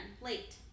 late